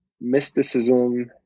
mysticism